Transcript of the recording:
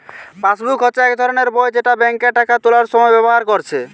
passbook হচ্ছে এক ধরণের বই যেটা বেঙ্কে টাকা তুলার সময় ব্যাভার কোরছে